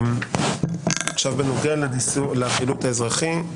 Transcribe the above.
בנוגע לחילוט האזרחי,